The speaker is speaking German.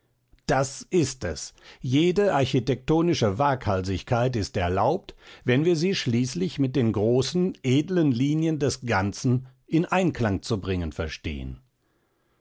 das ist es jede architektonische waghalsigkeit ist erlaubt wenn wir sie schließlich mit den großen edlen linien des ganzen in einklang zu bringen verstehen